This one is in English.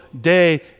day